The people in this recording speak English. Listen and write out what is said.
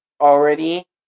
already